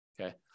Okay